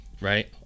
right